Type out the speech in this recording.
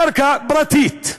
קרקע פרטית,